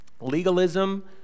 Legalism